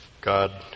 God